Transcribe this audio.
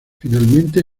finalmente